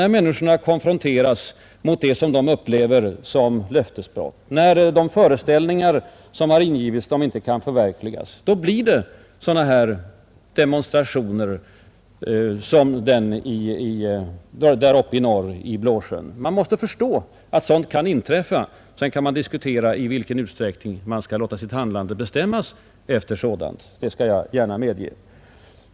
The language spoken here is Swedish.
När människorna konfronteras med sådant som de upplever som löftesbrott och när de föreställningar som ingivits dem inte kan förverkligas, blir det sådana demonstrationer som den i Blåsjön. Man måste förstå att sådant kan inträffa. Sedan kan vi diskutera i vilken utsträckning man skall låta sitt handlande bestämmas av sådant — det skall jag gärna medge.